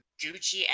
Gucci